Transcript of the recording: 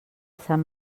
sant